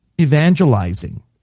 evangelizing